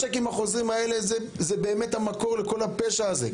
הצ'קים החוזרים האלה הם באמת המקור לכל הפשע הזה.